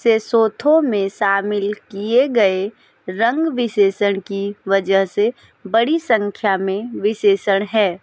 Sesotho में शामिल किए गए रंग विशेषण की वजह से बड़ी संख्या में विशेषण हैं